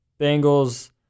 Bengals